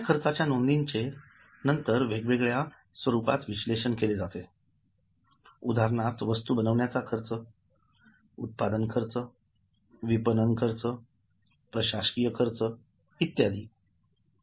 या खर्चांच्या नोंदींचे नंतर वेगवेगळ्या स्वरूपात केले जाते उदाहरणार्थ वस्तू बनविण्याचा खर्च उत्पादन खर्च विपणन खर्च प्रशासकीय खर्च इत्यादी